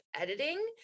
editing